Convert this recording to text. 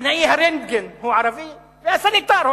טכנאי הרנטגן הוא ערבי והסניטר הוא